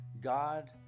God